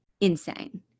insane